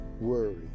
Worry